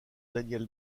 daniel